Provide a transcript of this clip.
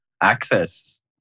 access